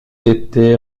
était